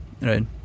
right